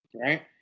right